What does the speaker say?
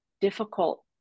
difficult